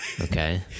Okay